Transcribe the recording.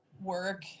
work